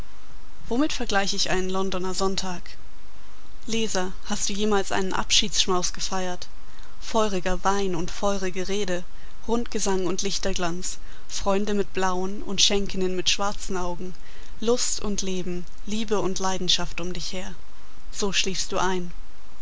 womit vergleich ich einen londoner sonntag leser hast du jemals einen abschiedsschmaus gefeiert feuriger wein und feurige rede rundgesang und lichterglanz freunde mit blauen und schenkinnen mit schwarzen augen lust und leben liebe und leidenschaft um dich her so schliefst du ein